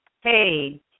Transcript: Hey